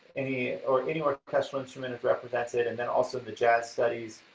any or any more professional instrument is represented and then also the jazz studies,